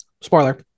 Spoiler